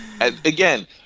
Again